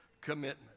commitment